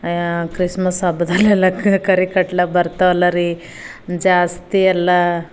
Christmas ಹಬ್ಬದಲೆಲ್ಲ ಕರಿ ಕಟ್ಲಾಕ್ಕ ಬರ್ತವಲ್ಲ ರೀ ಜಾಸ್ತಿ ಎಲ್ಲ